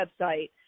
website